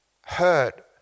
hurt